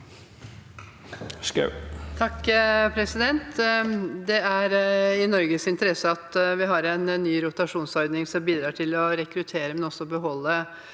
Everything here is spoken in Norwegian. (H) Det er i Norges inter- esse at vi har en ny rotasjonsordning som bidrar til å rekruttere, men også beholde